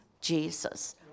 Jesus